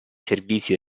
servizi